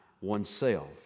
oneself